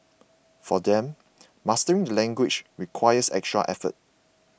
for them mastering the language requires extra effort